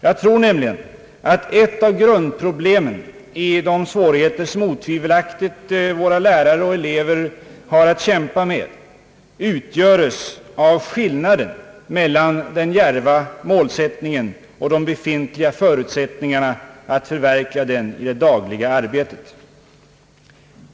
Jag tror nämligen att ett av grundproblemen i de svårigheter som otvivel Allmänpolitisk debatt aktigt våra lärare och elever har att kämpa med utgöres av skillnaden mellan den djärva målsättningen och de befintliga förutsättningarna att förverkliga dem i det dagliga arbetet.